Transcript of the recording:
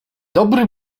dobry